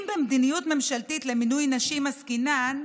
אם במדיניות ממשלתית למינוי נשים עסקינן,